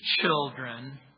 children